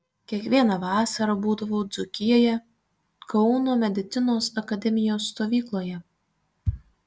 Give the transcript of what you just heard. kiekvieną vasarą būdavau dzūkijoje kauno medicinos akademijos stovykloje